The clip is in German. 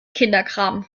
kinderkram